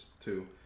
two